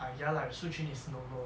ah ya lah if shu qun is no no lah